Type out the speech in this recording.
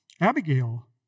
Abigail